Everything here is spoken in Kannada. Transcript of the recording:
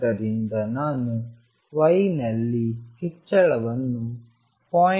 ಆದ್ದರಿಂದ ನಾನು y ನಲ್ಲಿನ ಹೆಚ್ಚಳವನ್ನು 0